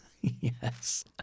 Yes